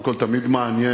קודם כול, תמיד מעניין